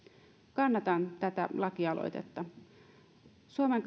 kannatan tätä lakialoitetta suomen